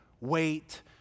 wait